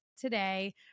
today